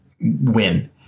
win